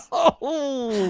oh